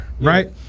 Right